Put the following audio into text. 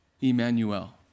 Emmanuel